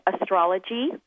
astrology